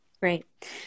Great